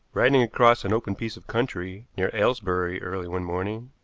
riding across an open piece of country near aylesbury early one morning,